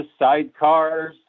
sidecars